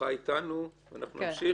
ברוכה איתנו ואנחנו נמשיך,